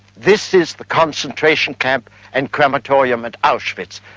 this is the concentration camp and crematorium at auschwitz.